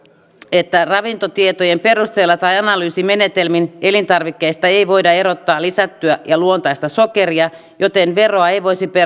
että ravintotietojen perusteella tai analyysimenetelmin elintarvikkeista ei voida erottaa lisättyä ja luontaista sokeria joten veroa ei voisi